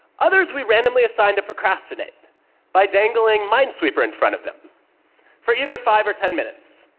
others we randomly assign to procrastinate by dangling minesweeper in front of them for either five or ten minutes.